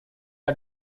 are